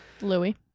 Louis